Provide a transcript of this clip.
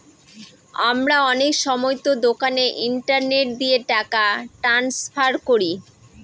আমরা অনেক সময়তো দোকানে ইন্টারনেট দিয়ে টাকা ট্রান্সফার করি